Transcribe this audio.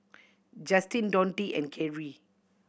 Justin Donte and Carey